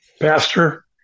Pastor